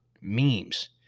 memes